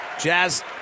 Jazz